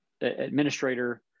administrator